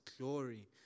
glory